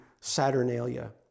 Saturnalia